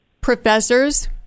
professors